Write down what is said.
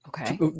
okay